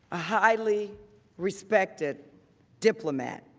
a highly respected diplomat.